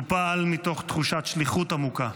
הוא פעל מתוך תחושת שליחות עמוקה,